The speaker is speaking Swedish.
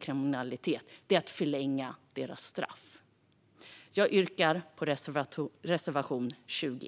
kriminalitet är att förlänga deras straff. Jag yrkar bifall till reservation 20.